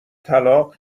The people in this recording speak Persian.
طلاق